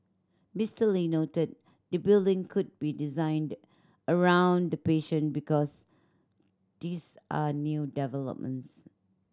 Mister Lee noted the building could be designed around the patient because these are new developments